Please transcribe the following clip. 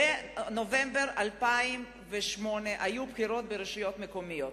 בנובמבר 2008 היו בחירות ברשויות המקומיות.